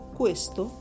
questo